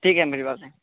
ठीक है हम भिजवा दे